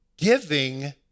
giving